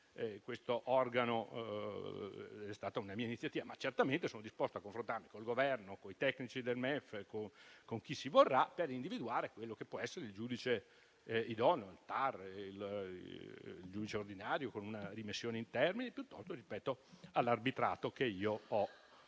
questo organo, è stata una mia iniziativa, ma certamente sono disposto a confrontarmi con il Governo, coi tecnici del MEF e con chi si vorrà per individuare quello che può essere il giudice idoneo, il TAR o il giudice ordinario con una rimessione in termini, piuttosto che l'arbitrato che io ho